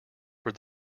were